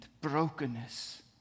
brokenness